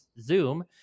Zoom